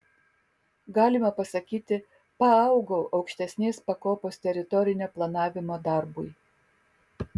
galima pasakyti paaugau aukštesnės pakopos teritorinio planavimo darbui